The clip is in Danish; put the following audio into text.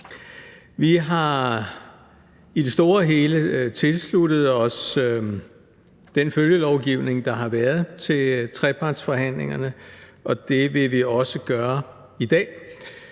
Vi har i det store og hele tilsluttet os den følgelovgivning, der har været, til trepartsforhandlingerne, og det vil vi også gøre i dag.